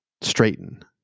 straighten